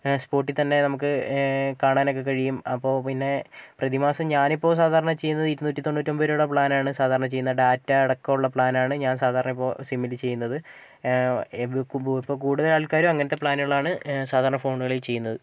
സ്പോട്ടിത്തന്നെ നമുക്ക് കാണാൻ ഒക്കെ കഴിയും അപ്പോൾ പിന്നെ പ്രതിമാസം ഞാനിപ്പോൾ സാധാരണ ചെയ്യുന്നന്നത് ഇരുന്നൂറ്റി തൊണ്ണൂറ്റൊൻപത് രൂപയുടെ പ്ലാനാണ് സാധാരണ ചെയ്യുന്നത് ഡാറ്റ അടക്കമുള്ള പ്ലാനാണ് ഞാൻ സാധാരണയിപ്പോൾ സിമ്മിൽ ചെയ്യുന്നത് ഇപ്പോൾ കൂടുതൽ ആൾക്കാരും അങ്ങനത്തെ പ്ലാനുകളാണ് സാധാരണ ഫോണുകളിൽ ചെയ്യുന്നത്